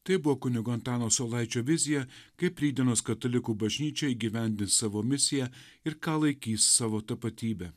tai buvo kunigo antano saulaičio vizija kaip rytdienos katalikų bažnyčia įgyvendins savo misiją ir ką laikys savo tapatybe